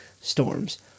storms